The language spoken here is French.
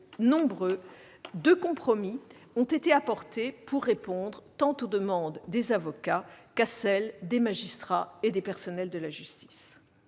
nouveaux de compromis ont été apportés pour répondre aux demandes des avocats, des magistrats et des personnels de la justice.